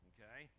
Okay